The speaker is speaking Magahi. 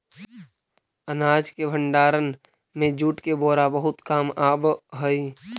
अनाज के भण्डारण में जूट के बोरा बहुत काम आवऽ हइ